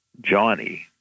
Johnny